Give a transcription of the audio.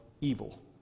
evil